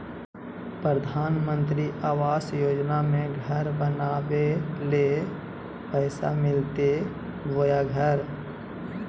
प्रधानमंत्री आवास योजना में घर बनावे ले पैसा मिलते बोया घर?